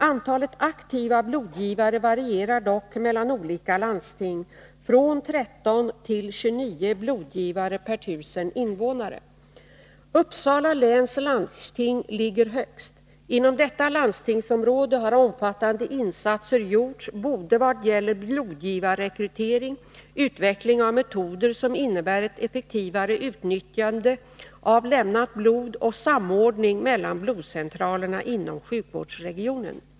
Antalet aktiva blodgivare varierar dock mellan olika landsting — från 13 till 39 blodgivare per tusen invånare. Uppsala läns landsting ligger högst. Inom detta landstingsområde har omfattande insatser gjorts i vad gäller både blodgivarrekrytering, utveckling av metoder som innebär ett effektivare utnyttjande av lämnat blod och samordning mellan blodcentralerna inom sjukvårdsregionen.